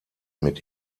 mit